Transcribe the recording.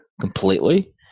completely